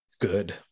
good